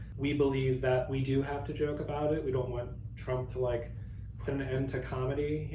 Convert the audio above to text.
we believe that we do have to joke about it. we don't want trump to like put an end to comedy.